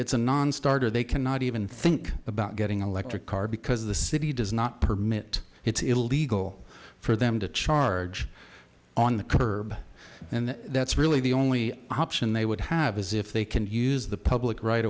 it's a nonstarter they cannot even think about getting a lector car because the city does not permit it's illegal for them to charge on the curb and that's really the only option they would have is if they can use the public right